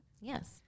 Yes